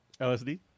LSD